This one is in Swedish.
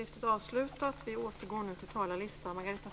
Fru talman!